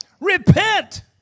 Repent